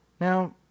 Now